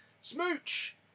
smooch